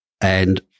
And-